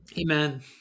Amen